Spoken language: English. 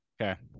Okay